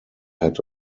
had